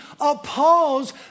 oppose